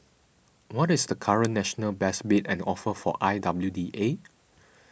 what is the current national best bid and offer for I W D A